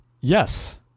Yes